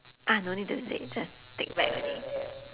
ah no need don't say just take back only